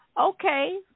Okay